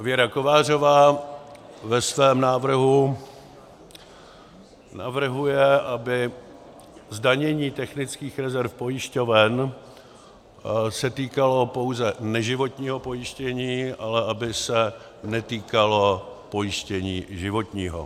Věra Kovářová ve svém návrhu navrhuje, aby zdanění technických rezerv pojišťoven se týkalo pouze neživotního pojištění, ale aby se netýkalo pojištění životního.